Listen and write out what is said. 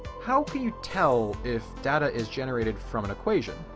how can you tell if data is generated from an equation,